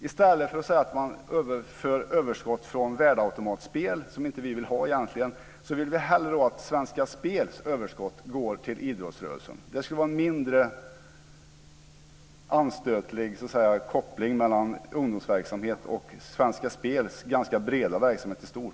I stället för att säga att man ska överföra överskott från värdeautomatspel, vilket vi egentligen inte vill ha, vill vi hellre att Svenska Spels överskott går till idrottsrörelsen. Det skulle vara en mindre anstötlig koppling mellan ungdomsverksamhet och Svenska Spels ganska breda verksamhet i stort.